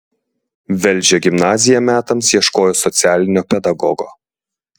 velžio gimnazija metams ieškojo socialinio pedagogo